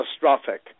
catastrophic